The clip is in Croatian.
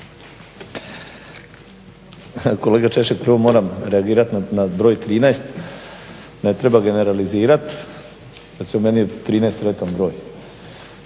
Kolega Češek, prvo moram reagirati na broj 13. Ne treba generalizirati. Recimo meni je 13 sretan broj.